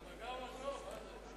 הנמקה מהמקום.